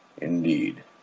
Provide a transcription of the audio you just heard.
Indeed